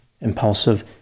impulsive